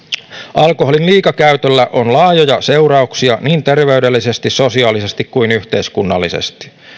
alkoholin liikakäytöllä on laajoja seurauksia niin terveydellisesti sosiaalisesti kuin yhteiskunnallisesti